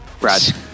Brad